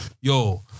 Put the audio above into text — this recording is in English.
Yo